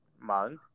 month